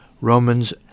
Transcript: Romans